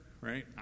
right